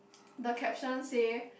the caption say